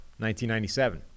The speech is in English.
1997